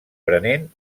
prenent